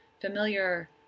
familiar